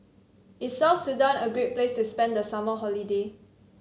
is South Sudan a great place to spend the summer holiday